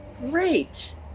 Great